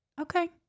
Okay